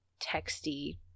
texty